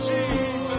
Jesus